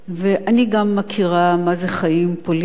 ואני גם מכירה מה זה חיים פוליטיים,